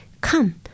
Come